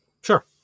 Sure